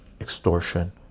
extortion